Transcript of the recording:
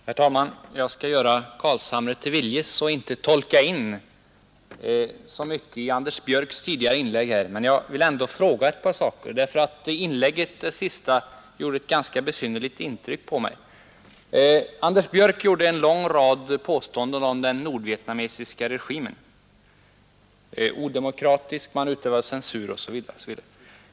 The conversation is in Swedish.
Herr talman! Jag skall göra herr Carlshamre till viljes och inte tolka in så mycket i Anders Björcks i Nässjö tidigare inlägg, men jag vill ändå fråga om ett par saker. Anders Björcks senaste anförande gjorde nämligen ett ganska besynnerligt intryck på mig. Anders Björck kom med en lång rad påståenden om den nordvietnamesiska regimen: Den var odemokratisk, man utövade censur osv.